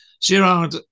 Girard